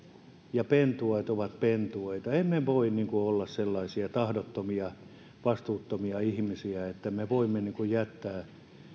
ja pentueet ovat pentueita emme voi olla sellaisia tahdottomia vastuuttomia ihmisiä että me voimme jättää